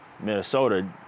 Minnesota